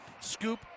Scoop